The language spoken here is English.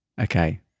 okay